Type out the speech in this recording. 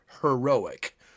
heroic